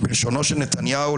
בלשונו של נתניהו,